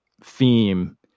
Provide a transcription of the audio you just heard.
theme